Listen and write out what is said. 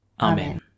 Amen